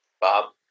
Bob